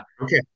okay